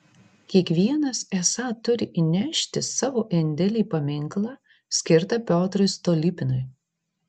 kiekvienas esą turi įnešti savo indėlį į paminklą skirtą piotrui stolypinui